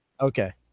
Okay